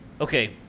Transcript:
okay